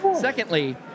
Secondly